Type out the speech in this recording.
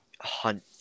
hunt